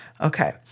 Okay